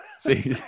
See